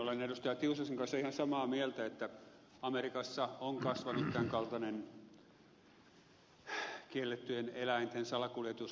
tiusasen kanssa ihan samaa mieltä että amerikassa on kasvanut tämän kaltainen kiellettyjen eläinten salakuljetus